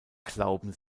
glauben